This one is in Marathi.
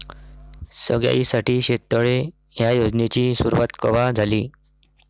सगळ्याइसाठी शेततळे ह्या योजनेची सुरुवात कवा झाली?